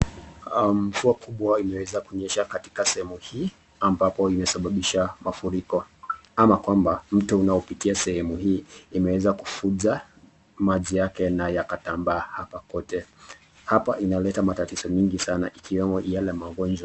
Mvua kubwa imeweza kunyesha katika sehemu hii ambapo imesabasha mafuriko, ama kwamba mto inayopitia sehemu hii imeweza kuvuja maji yake kutabaa hapa kote hapa inaleta matatizo mengi sana ikiwemo hayo magonjwa.